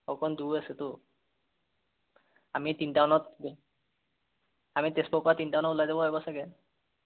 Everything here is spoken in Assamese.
অকণ দূৰ আছেতো আমি তিনিটা মানত আমি তেজপুৰৰ পৰা তিনিটা মানত ওলাই যাব লাগিব চাগে